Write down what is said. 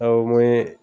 ଆଉ ମୁଇଁ